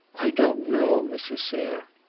i don't know, mrs. sayre.